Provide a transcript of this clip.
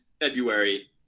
February